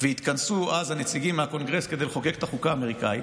והתכנסו אז הנציגים מהקונגרס כדי לחוקק את החוקה האמריקאית,